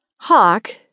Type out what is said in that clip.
Hawk